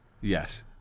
Yes